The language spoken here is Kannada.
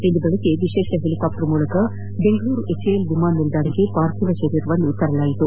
ಇಂದು ಬೆಳಗ್ಗೆ ವಿಶೇಷ ಹೆಲಿಕಾಪ್ಟರ್ ಮೂಲಕ ಬೆಂಗಳೂರಿನ ಎಚ್ಎಎಲ್ ವಿಮಾನ ನಿಲ್ಲಾಣಕ್ಕೆ ಪಾರ್ಥಿವ ಶರೀರವನ್ನು ತರಲಾಯಿತು